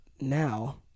now